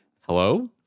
Hello